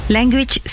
Language